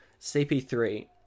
CP3